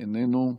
איננו,